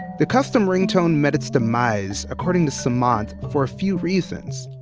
the custom ringtone met its demise, according to sumanth, for a few reasons.